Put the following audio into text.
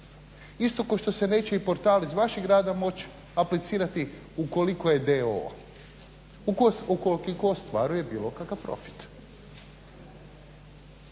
isto kao što se neće ni portal iz vašeg grada moći aplicirati ukoliko je d.o.o., ukoliko ostvaruje bilo kakav profit.